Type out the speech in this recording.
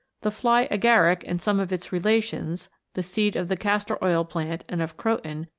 the fly-agaric and some of its relations, the seed of the castor oil plant and of croton,